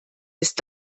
ist